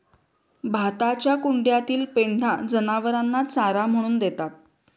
भाताच्या कुंड्यातील पेंढा जनावरांना चारा म्हणून देतात